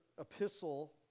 epistle